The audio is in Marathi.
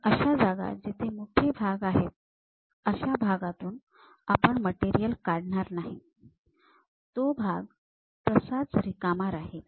आणि अशा जागा जिथे मोठे भाग आहेत अशा भागातून आपण मटेरियल काढणार नाही तो भाग तसाच रिकामा राहील